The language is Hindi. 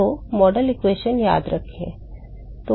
तो मॉडल समीकरण याद रखें